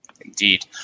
Indeed